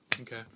Okay